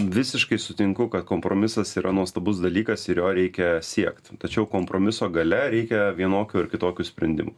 visiškai sutinku kad kompromisas yra nuostabus dalykas ir jo reikia siekt tačiau kompromiso gale reikia vienokių ar kitokių sprendimų